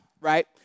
right